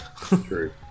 True